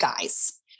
guys